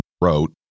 wrote